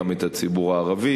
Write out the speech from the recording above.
גם את הציבור הערבי.